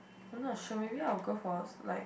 I'm not sure maybe I will go for a like